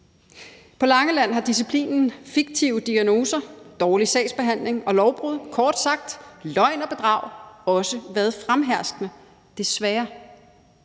På Langeland har disciplinen fiktive diagnoser, dårlig sagsbehandling og lovbrud – kort sagt: løgn og bedrag – også været fremherskende, desværre.